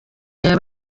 yaba